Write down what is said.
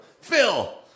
Phil